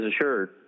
assured